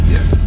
Yes